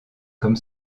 comme